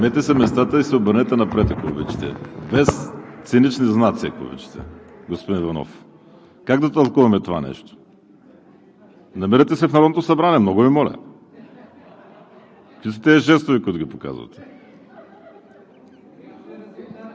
Заемете си местата и се обърнете напред, ако обичате! Без цинични, знаци, ако обичате, господин Иванов! Как да тълкуваме това нещо? Намирате се в Народното събрание, много Ви моля! Какви са тези жестове, които ги показвате?